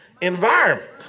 environment